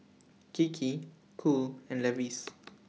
Kiki Cool and Levi's